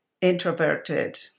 introverted